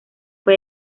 fue